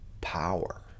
Power